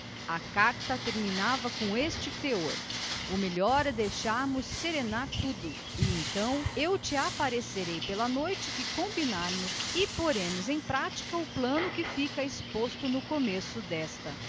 a carta terminava assim o melhor é deixarmos que tudo serene completamente e que de todo se esqueçam de nós e então eu te aparecerei na noite que combinarmos e poremos em prática o plano exposto no começo desta